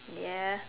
ya